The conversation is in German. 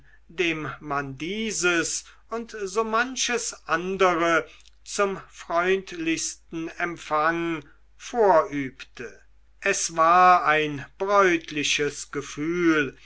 dem man dieses und so manches andere zum freundlichsten empfang vorübte es war ein bräutliches gefühl